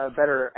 better